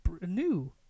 new